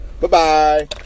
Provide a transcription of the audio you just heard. Bye-bye